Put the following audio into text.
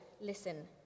listen